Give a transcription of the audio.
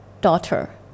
daughter